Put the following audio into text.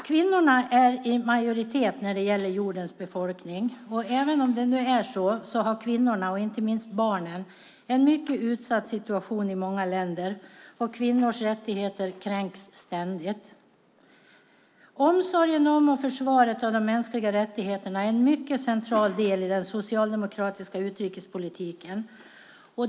Kvinnorna är i majoritet när det gäller jordens befolkning, och även om det är så har kvinnorna, och inte minst barnen, en mycket utsatt situation i många länder. Kvinnors rättigheter kränks ständigt. Omsorgen om och försvaret av de mänskliga rättigheterna är en mycket central del i den socialdemokratiska utrikespolitiken.